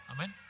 Amen